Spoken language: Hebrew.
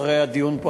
אחרי הדיון פה,